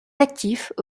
actifs